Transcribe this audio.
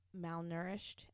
malnourished